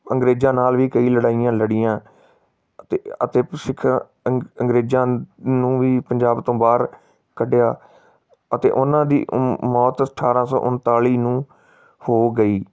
ਅੰਗਰੇਜ਼ਾਂ ਨਾਲ ਵੀ ਕਈ ਲੜਾਈਆਂ ਲੜੀਆਂ ਅਤੇ ਅਤੇ ਸਿੱਖ ਅੰਗ ਅੰਗਰੇਜ਼ਾਂ ਨੂੰ ਵੀ ਪੰਜਾਬ ਤੋਂ ਬਾਹਰ ਕੱਢਿਆ ਅਤੇ ਉਹਨਾਂ ਦੀ ਮੌ ਮੌਤ ਅਠਾਰਾਂ ਸੌ ਉਨਤਾਲੀ ਨੂੰ ਹੋ ਗਈ